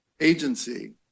agency